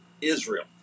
Israel